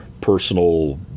personal